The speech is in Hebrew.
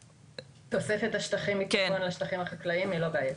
תוספת השטחים מכיוון לשטחים החקלאיים היא לא בעייתית.